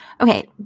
Okay